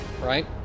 right